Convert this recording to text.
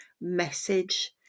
message